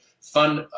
fund